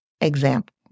example